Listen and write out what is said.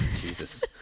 Jesus